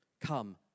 Come